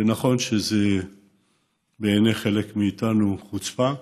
זה נכון שבעיני חלק מאיתנו זו חוצפה,